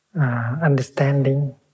understanding